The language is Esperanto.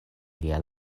via